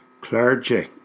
clergy